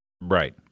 Right